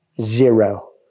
Zero